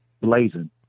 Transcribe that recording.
blazing